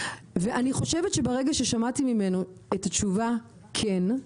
אני חושבת שברגע ששמעתי ממנו את התשובה כן,